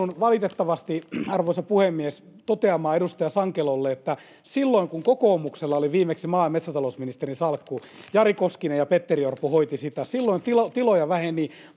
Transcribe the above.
puhemies, toteamaan edustaja Sankelolle, että silloin kun kokoomuksella oli viimeksi maa- ja metsätalousministerin salkku — Jari Koskinen ja Petteri Orpo hoitivat sitä — tiloja väheni